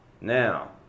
Now